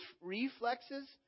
reflexes